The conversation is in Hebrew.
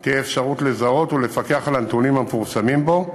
לזהות ולפקח על הנתונים המפורסמים בו,